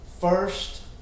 First